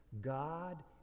God